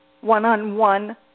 one-on-one